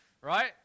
right